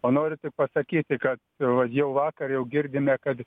o norisi pasakyti kad va jau vakar jau girdime kad